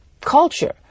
culture